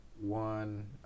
one